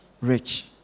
Rich